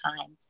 time